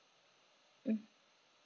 mm